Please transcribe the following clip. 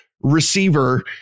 receiver